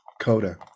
Coda